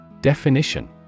Definition